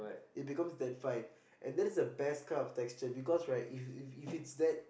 it becomes that fine and then it's the best kind of texture because right if if if it's that